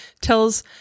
tells